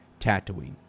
tatooine